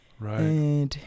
Right